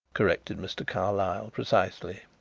corrected mr. carlyle precisely.